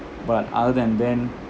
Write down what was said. but other than that